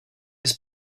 his